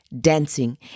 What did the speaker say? Dancing